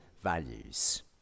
values